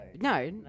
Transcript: No